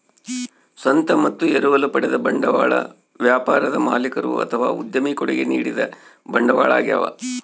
ಸ್ವಂತ ಮತ್ತು ಎರವಲು ಪಡೆದ ಬಂಡವಾಳ ವ್ಯಾಪಾರದ ಮಾಲೀಕರು ಅಥವಾ ಉದ್ಯಮಿ ಕೊಡುಗೆ ನೀಡಿದ ಬಂಡವಾಳ ಆಗ್ಯವ